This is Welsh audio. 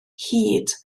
hyd